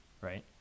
right